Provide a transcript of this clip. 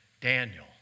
Daniel